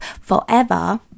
forever